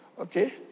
Okay